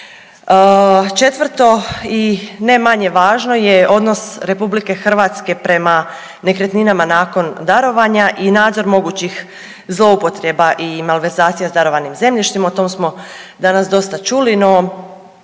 Četvrto i ne manje važno je odnos RH prema nekretninama nakon darovanja i nadzor mogućih zloupotreba i malverzacija s darovanim zemljištima. O tom smo danas dosta čuli, no